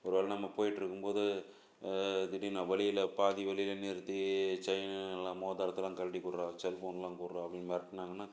ஒருவேளை நம்ம போய்ட்ருக்கும்போது திடீர்னு வழியில பாதி வழியில நிறுத்தி செயினு எல்லாம் மோதிரத்தெல்லாம் கழட்டி குட்றா செல்ஃபோன்லாம் குட்றா அப்படின்னு மிரட்டுனாங்கன்னா